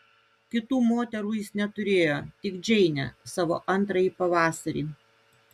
kitų moterų jis neturėjo tik džeinę savo antrąjį pavasarį